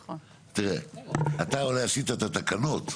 תראה, אתה אולי עשית את התקנות.